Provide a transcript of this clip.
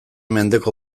mendeko